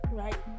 right